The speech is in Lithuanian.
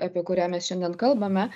apie kurią mes šiandien kalbame